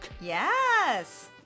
Yes